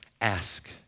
ask